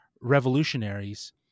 revolutionaries